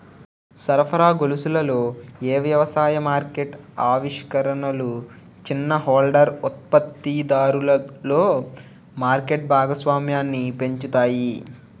సరఫరా గొలుసులలో ఏ వ్యవసాయ మార్కెట్ ఆవిష్కరణలు చిన్న హోల్డర్ ఉత్పత్తిదారులలో మార్కెట్ భాగస్వామ్యాన్ని పెంచుతాయి?